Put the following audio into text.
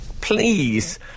please